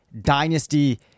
dynasty